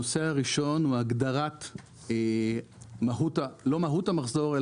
הנושא הראשון הוא הגדרת לא מהות המחזור,